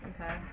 Okay